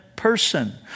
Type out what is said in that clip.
Person